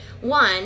one